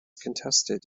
contested